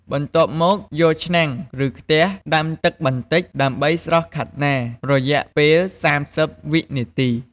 បន្ទាប់មក យកឆ្នាំងឬខ្ទះដាំទឹកបន្តិច ដើម្បីស្រុះខាត់ណារយៈពេល៣០វិនាទី។